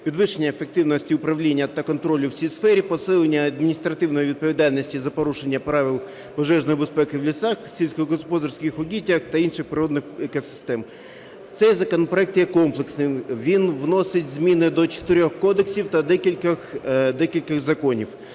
підвищення ефективності управління та контролю в цій сфері, посилення адміністративної відповідальності за порушення правил пожежної безпеки в лісах, сільськогосподарських угіддях та інших природних екосистем. Цей законопроект є комплексним, він вносить зміни до чотирьох кодексів та декількох законів.